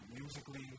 Musically